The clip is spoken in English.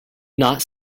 not